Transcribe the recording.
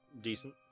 decent